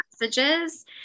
messages